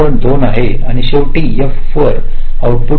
2 आहे आणि शेवटी f वर आउटपुट नाही